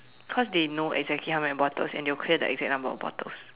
cause they know exactly how many bottles and they will clear the exact number of bottles